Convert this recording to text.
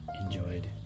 enjoyed